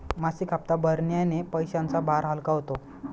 मासिक हप्ता भरण्याने पैशांचा भार हलका होतो